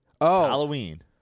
Halloween